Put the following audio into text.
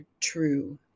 true